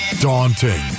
daunting